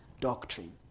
doctrine